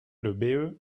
l’ebe